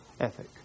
ethic